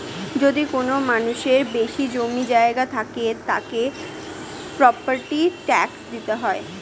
যদি কোনো মানুষের বেশি জমি জায়গা থাকে, তাকে প্রপার্টি ট্যাক্স দিতে হয়